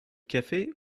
café